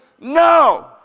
No